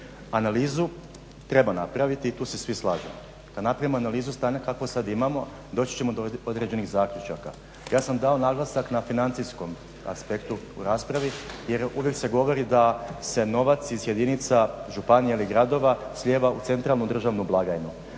analizu treba napraviti i tu se svi slažemo. Kad napravimo analizu stanja kakvo sad imamo doći ćemo do određenih zaključaka. Ja sam dao naglasak na financijskom aspektu u raspravi, jer uvijek se govori da se novac iz jedinica, županija ili gradova slijeva u centralnu državnu blagajnu.